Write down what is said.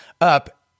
up